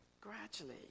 gradually